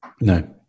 No